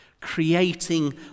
Creating